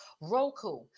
Roku